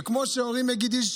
וכמו שזכינו שאורי מגידיש